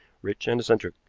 rich and eccentric.